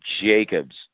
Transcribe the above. Jacobs